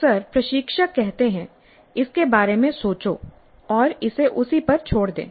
अक्सर प्रशिक्षक कहते हैं इसके बारे में सोचो और इसे उसी पर छोड़ दें